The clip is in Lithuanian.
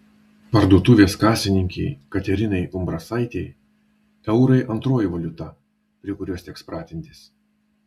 parduotuvės kasininkei katerinai umbrasaitei eurai antroji valiuta prie kurios teks pratintis